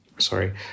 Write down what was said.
Sorry